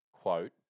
quote